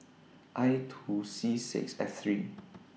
I two C six F three